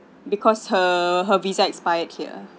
because her her visa expired here